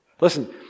Listen